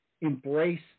embrace